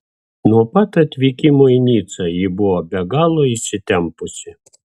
nuo pat atvykimo į nicą ji buvo be galo įsitempusi